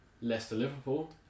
Leicester-Liverpool